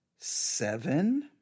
seven